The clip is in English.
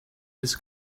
this